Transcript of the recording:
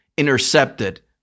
Intercepted